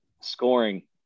scoring